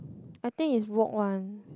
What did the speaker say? I think is walk one